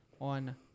On